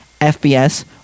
FBS